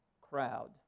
crowd